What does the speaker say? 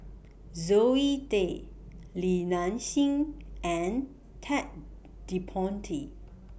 Zoe Tay Li Nanxing and Ted De Ponti